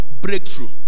breakthrough